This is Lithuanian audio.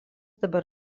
dabar